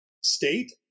state